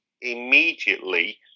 immediately